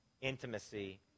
intimacy